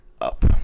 Up